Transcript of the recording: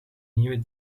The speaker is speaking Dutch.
nieuwe